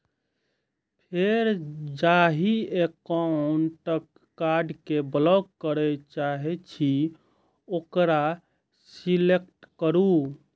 फेर जाहि एकाउंटक कार्ड कें ब्लॉक करय चाहे छी ओकरा सेलेक्ट करू